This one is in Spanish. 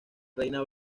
reina